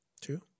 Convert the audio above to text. Two